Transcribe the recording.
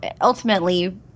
ultimately